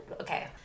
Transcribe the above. Okay